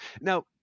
Now